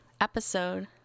episode